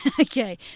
Okay